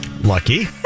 Lucky